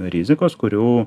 rizikos kurių